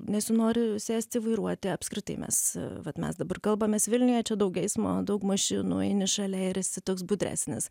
nesinori sėsti vairuoti apskritai mes vat mes dabar kalbamės vilniuje čia daug eismo daug mašinų eini šalia ir esi toks budresnis